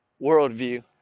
worldview